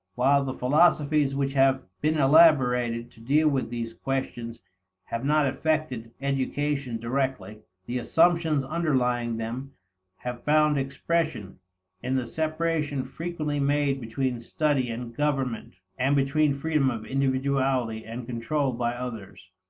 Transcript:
while the philosophies which have been elaborated to deal with these questions have not affected education directly, the assumptions underlying them have found expression in the separation frequently made between study and government and between freedom of individuality and control by others.